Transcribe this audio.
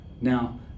now